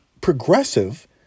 progressive